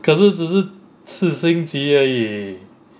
可是只是四星级而已